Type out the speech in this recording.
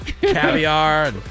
Caviar